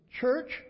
church